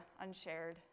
unshared